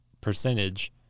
percentage